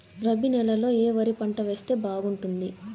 రబి నెలలో ఏ వరి పంట వేస్తే బాగుంటుంది